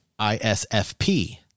ISFP